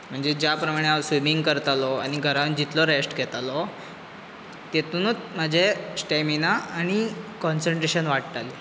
म्हणजें ज्या प्रमाणें हांव स्विमिंग करतालो आनी घरांत जितलो रेस्ट घेतालो तेतुनूच म्हाजें स्टेमिना आनी कॉन्सेंट्रेशन वाडटालें